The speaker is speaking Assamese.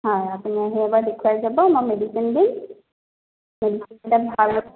হয় আপুনি আহি এবাৰ দেখুৱাই যাব মই মেডিচিন দিম ভাল হৈ